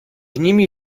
nimi